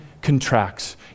contracts